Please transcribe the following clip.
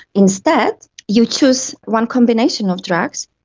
instead you choose one combination of drugs,